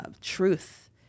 truth